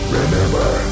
remember